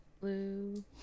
Blue